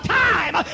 time